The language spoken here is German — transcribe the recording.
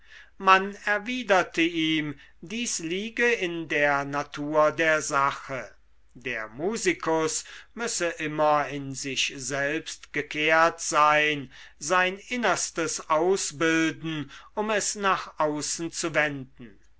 man erwiderte ihm dies liege in der natur der sache der musikus müsse immer in sich selbst gekehrt sein sein innerstes ausbilden um es nach außen zu wenden